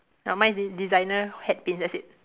no mine de~ designer hat pins that's it